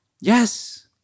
Yes